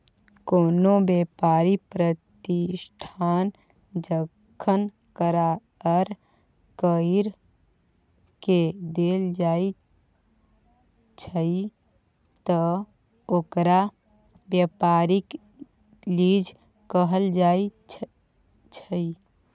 कोनो व्यापारी प्रतिष्ठान जखन करार कइर के देल जाइ छइ त ओकरा व्यापारिक लीज कहल जाइ छइ